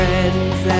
Friends